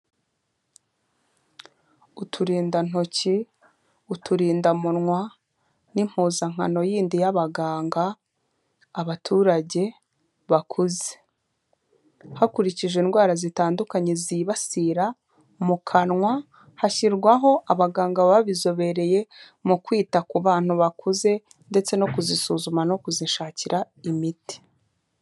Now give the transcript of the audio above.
Uturindantoki, uturindamunwa n'impuzankano yindi y'abaganga, abaturage bakuze. Hakurikije indwara zitandukanye zibasira mu kanwa hashyirwaho abaganga babizobereye mu kwita ku bantu bakuze, ndetse no kuzisuzuma no kuzishakira imiti.